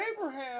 Abraham